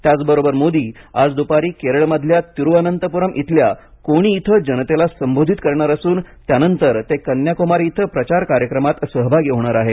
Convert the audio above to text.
त्याचबरोबर मोदी आज दुपारी केरळमधल्या तिरूवअनंतपुरम इथल्या कोणी इथं जनतेला संबोधित करणार असून त्यानंतर ते कन्याकुमारी इथं प्रचार कार्यक्रमात सहभागी होणार आहेत